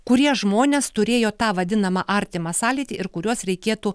kurie žmonės turėjo tą vadinamą artimą sąlytį ir kuriuos reikėtų